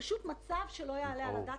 פשוט מצב שלא יעלה על הדעת.